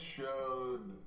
showed